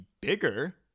bigger